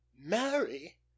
Marry